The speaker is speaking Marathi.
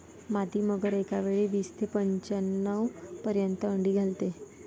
मादी मगर एकावेळी वीस ते पंच्याण्णव पर्यंत अंडी घालते